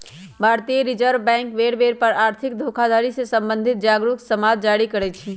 भारतीय reserve bank बेर बेर पर आर्थिक धोखाधड़ी से सम्बंधित जागरू समाद जारी करइ छै